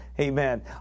Amen